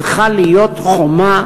צריכה להיות חומה,